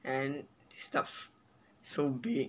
and it's tough so be it